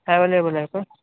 available आहे का